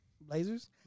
Blazers